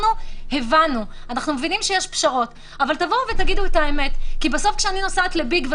העסקים לא מבינים את ההבדלה הזאת,